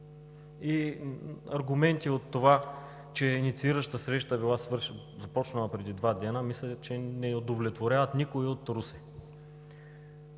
Аргументи от това, че иницииращата среща била започнала преди два дни, мисля, че не удовлетворяват никого от Русе.